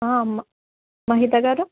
మహిత గారు